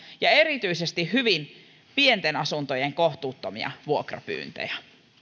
ja erityisesti hyvin pienten asuntojen kohtuuttomia vuokrapyyntöjä